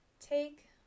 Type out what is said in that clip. Take